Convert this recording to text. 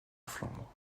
flandre